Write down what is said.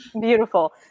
beautiful